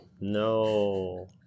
No